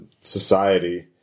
society